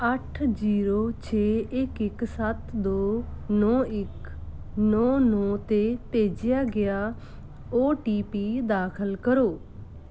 ਅੱਠ ਜ਼ੀਰੋ ਛੇ ਇੱਕ ਇੱਕ ਸੱਤ ਦੋ ਨੌਂ ਇੱਕ ਨੌਂ ਨੌਂ 'ਤੇ ਭੇਜਿਆ ਗਿਆ ਓ ਟੀ ਪੀ ਦਾਖਲ ਕਰੋ